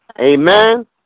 Amen